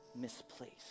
misplaced